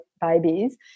babies